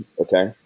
okay